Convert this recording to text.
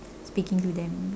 speaking to them